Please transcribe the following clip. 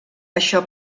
això